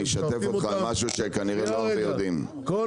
אני אשתף אותך במשהו שכנראה לא הרבה יודעים --- רוב